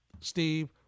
Steve